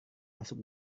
masuk